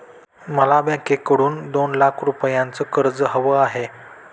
मला बँकेकडून दोन लाख रुपयांचं कर्ज हवं आहे